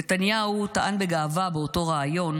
נתניהו טען בגאווה באותו ריאיון